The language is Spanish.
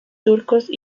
turcos